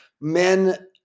men